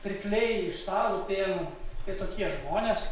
pirkliai iš stalupėnų tai tokie žmonės